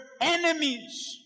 enemies